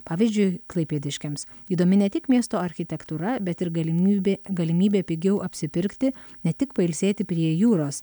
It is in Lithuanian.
pavyzdžiui klaipėdiškiams įdomi ne tik miesto architektūra bet ir galimybė galimybė pigiau apsipirkti ne tik pailsėti prie jūros